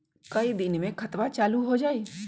कई दिन मे खतबा चालु हो जाई?